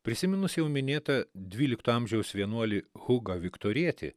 prisiminus jau minėtą dvylikto amžiaus vienuolį hugą viktorietį